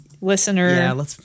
listener